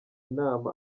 inama